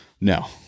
No